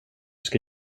ska